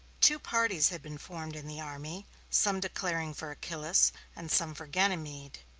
two parties had been formed in the army, some declaring for achillas and some for ganymede.